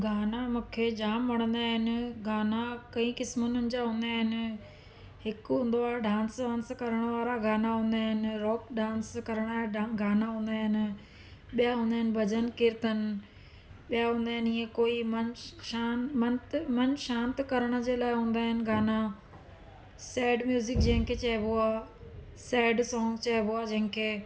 गाना मूंखे जामु वणंदा आहिनि गाना कईं क़िस्मनि जा हूंदा आहिनि हिकु हूंदो आहे डांस वांस करणु वारा गाना हूंदा आहिनि रॉक डांस करणु वारा गाना हूंदा आहिनि ॿिया हूंदा आहिनि भॼनु कीर्तन ऐं हूंदा आहिनि इअं कोई मनु शांत मंत मनु शांतु करण जे लाइ हूंदा आहिनि गाना सैड म्यूजिक जंहिंखे चइबो आहे सैड सॉन्ग चइबो आहे जंहिंखे